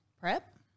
prep